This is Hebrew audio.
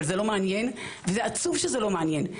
אבל זה לא מעניין וזה עצוב שזה לא מעניין.